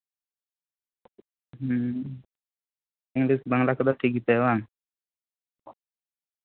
English Bangla ᱠᱚᱫᱚ ᱴᱷᱤᱠ ᱜᱮᱛᱟᱭᱟ ᱵᱟᱝ